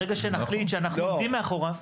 ברגע שנחליט שאנחנו עומדים מאחוריו.